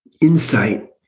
insight